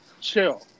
Chill